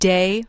Day